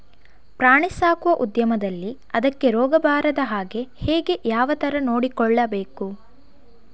ಪ್ರಾಣಿ ಸಾಕುವ ಉದ್ಯಮದಲ್ಲಿ ಅದಕ್ಕೆ ರೋಗ ಬಾರದ ಹಾಗೆ ಹೇಗೆ ಯಾವ ತರ ನೋಡಿಕೊಳ್ಳಬೇಕು?